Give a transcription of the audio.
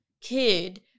kid